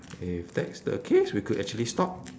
if that is the case we could actually stop